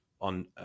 on